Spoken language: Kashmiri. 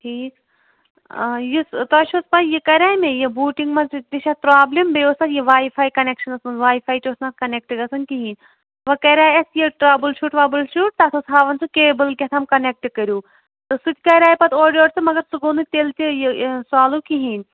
ٹھیٖک یُس تۄہہِ چھُوحظ پاے یہِ کَرے مےٚ یہِ بوٗٹِنٛگ منٛز تہِ تہِ چھِ اَتھ پرٛابلِم بیٚیہِ اوس اَتھ یہِ واے فاے کَنٮ۪کشَنَس منٛز واے فاے تہِ اوس نہٕ اَتھ کَنیکٹ گژھان کِہیٖنۍ وَ کَرے اَسہِ یہِ ٹرٛابٕل شوٗٹ وَبٕل شوٗٹ تَتھ اوس ہاوَان سُہ کیبٕل کیٛاہ تام کَنیکٹ کٔرِو تہٕ سُہ تہِ کَرے پَتہٕ اورٕ یورٕ تہٕ مگر سُہ گوٚو نہٕ تیٚلہِ تہِ یہِ سالُو کِہیٖنۍ